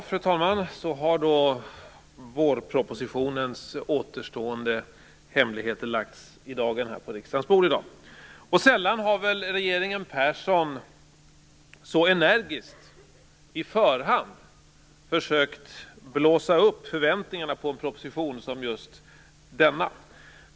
Fru talman! Så har då vårpropositionens återstående hemligheter lagts i dagen här på riksdagens bord. Sällan har väl regeringen Persson så energiskt på förhand försökt blåsa upp förväntningarna på en proposition som just på denna.